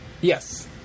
Yes